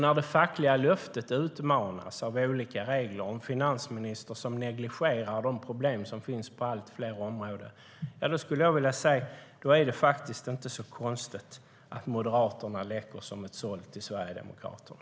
När det fackliga löftet då utmanas av olika regler och en finansminister som negligerar de problem som finns på allt fler områden skulle jag vilja säga att det inte är konstigt att Moderaterna läcker som ett såll till Sverigedemokraterna.